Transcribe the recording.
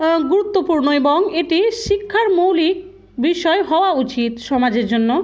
গুরুত্বপূর্ণ এবং এটি শিক্ষার মৌলিক বিষয় হওয়া উচিত সমাজের জন্য